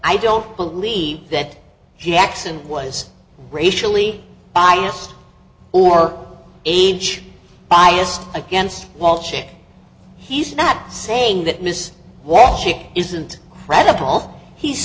i don't believe that jackson was racially biased or age biased against wall chick he's not saying that ms walsh it isn't credible he's